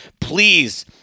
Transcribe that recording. Please